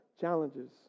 challenges